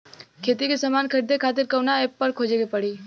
खेती के समान खरीदे खातिर कवना ऐपपर खोजे के पड़ी?